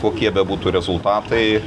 kokie bebūtų rezultatai